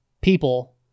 people